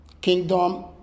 Kingdom